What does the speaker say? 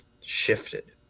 shifted